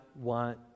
want